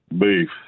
Beef